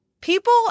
people